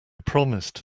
promised